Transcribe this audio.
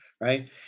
right